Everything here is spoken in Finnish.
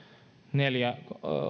neljä